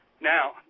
Now